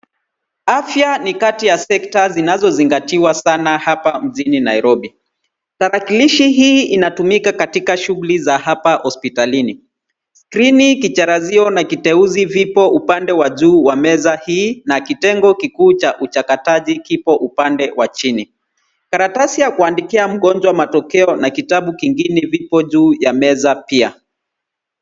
Afta ni kati ya sekta zinazozingatiwa sana hapa mjini Nairobi. Tarakilishi hii inatumika katika shughuli za hapa hospitalini. Skrini ikicharaziwa na kiteuzi vipo upande wa juu wa meza hii na kitengo kikuu cha uchakataji kipo upande wa chini. Karatasi ya kuandikia mgonjwa matokeo na kitabu kingine vipo juu ya meza pia.